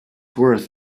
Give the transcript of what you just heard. worth